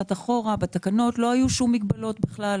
בתקנות לא היו שום מגבלות בכלל,